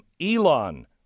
Elon